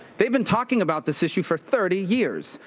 they've been talking about this issue for thirty years,